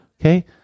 okay